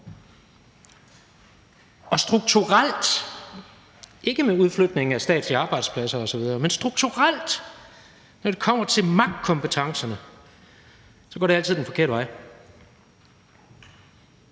Og strukturelt – ikke i forhold til udflytning af statslige arbejdspladser osv., men strukturelt – når det kommer til magtkompetencerne, går det altid den forkerte vej.